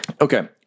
Okay